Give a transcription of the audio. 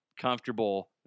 comfortable